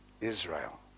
Israel